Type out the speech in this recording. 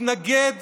מתנגד